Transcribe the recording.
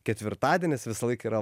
ketvirtadienis visąlaik yra